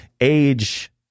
age